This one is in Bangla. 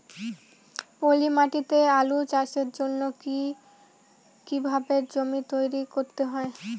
পলি মাটি তে আলু চাষের জন্যে কি কিভাবে জমি তৈরি করতে হয়?